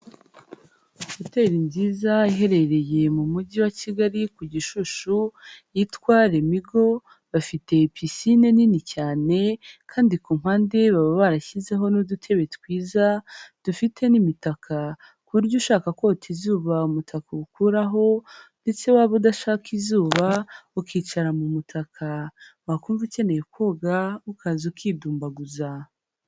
Hoteli nziza iherereye mu mujyi wa Kigali ku Gishushu, yitwa Lemigo, bafite pisine nini cyane kandi ku mpande baba barashyizeho n'udutebe twiza, dufite n'imitaka, ku buryo ushaka kota izuba umutaka uwukuraho ndetse waba udashaka izuba ukicara mu mutaka, wakumva ukeneye koga ukaza ukidumbaguza.